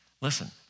Listen